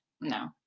no